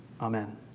Amen